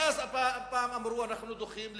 ואז אמרו: אנחנו דוחים בשנה.